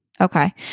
Okay